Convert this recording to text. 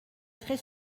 très